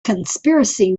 conspiracy